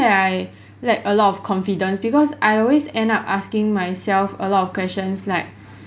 I lack a lot of confidence because I always end up asking myself a lot of questions like